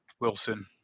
Wilson